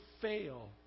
fail